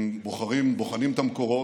אם בוחנים את המקורות,